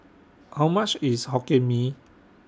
How much IS Hokkien Mee